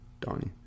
Donnie